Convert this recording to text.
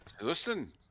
listen